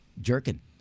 jerking